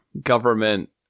government